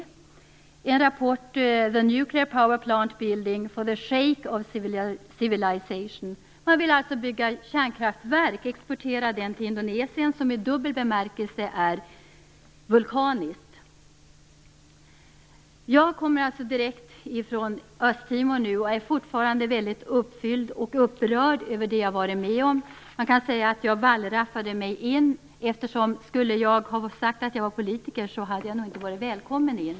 Det är en rapport som heter The nuclear power plant building: for the shake of civilization. Man vill alltså bygga kärnkraftverk och exportera till Indonesien, som i dubbel bemärkelse är vulkaniskt. Jag kommer alltså direkt från Östtimor och är fortfarande väldigt uppfylld och upprörd över det som jag har varit med om. Man kan säga att jag wallraffade mig in. Om jag hade sagt att jag var politiker skulle jag nog inte ha varit välkommen in.